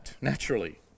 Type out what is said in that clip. naturally